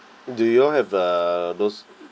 do you all have uh those